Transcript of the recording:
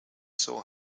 saw